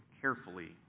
carefully